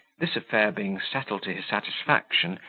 this affair being settled to his satisfaction,